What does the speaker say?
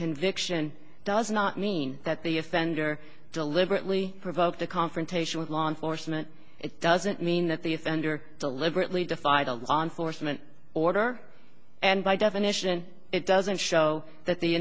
conviction does not mean that the offender deliberately provoke the confrontation with law enforcement it doesn't mean that the offender deliberately defied a law enforcement order and by definition it doesn't show that the